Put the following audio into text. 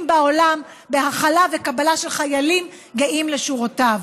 בעולם בהכלה ובקבלה של חיילים גאים לשורותיו.